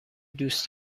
دوست